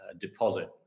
deposit